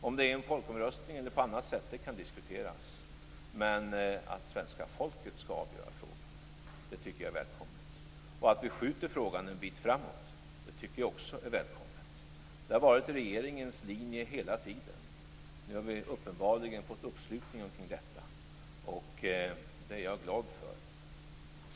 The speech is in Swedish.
Om det sker i en folkomröstning eller på annat sätt kan diskuteras, men jag tycker att det är välkommet att svenska folket skall avgöra frågan. Att vi skjuter frågan en bit framåt tycker jag också är välkommet. Det har varit regeringens linje hela tiden. Nu har vi uppenbarligen fått uppslutning omkring detta. Det är jag glad för.